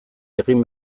egin